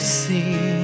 see